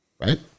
Right